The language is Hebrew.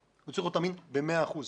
אלא הוא צריך להיות אמין ב-100 אחוזים,